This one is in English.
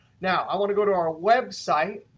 now, i want to go to our website,